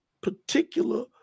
particular